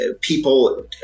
people